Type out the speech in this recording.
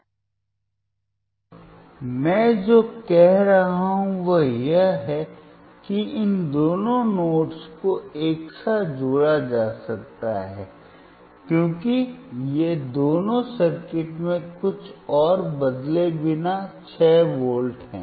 अब मैं जो कह रहा हूं वह यह है कि इन दोनों नोड्स को एक साथ जोड़ा जा सकता है क्योंकि ये दोनों सर्किट में कुछ और बदले बिना छह वोल्ट हैं